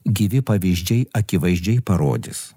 gyvi pavyzdžiai akivaizdžiai parodys